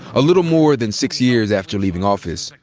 a little more than six years after leaving office,